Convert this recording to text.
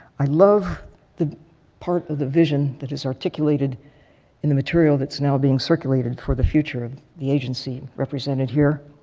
i love the part of the vision that is articulated in the material that's now being circulated for the future of the agency represented here.